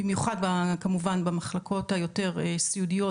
במיוחד כמובן במחלקות היותר סיעודיות,